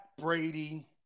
Brady